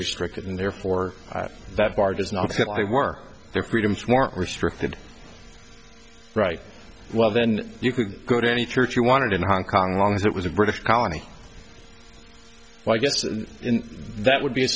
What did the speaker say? restricted and therefore that part is not that i work their freedoms weren't restricted right well then you could go to any church you wanted in hong kong long as it was a british colony so i guess that would be a